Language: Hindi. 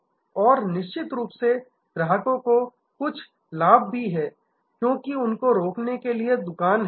और निश्चित रूप से ग्राहकों को कुछ लाभ भी हैं क्योंकि उनको रोकने के लिए दुकान है